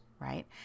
right